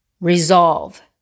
resolve